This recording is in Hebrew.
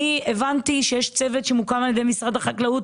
הבנתי שיש צוות שמוקם על ידי משרד החקלאות,